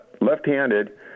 left-handed